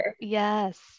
Yes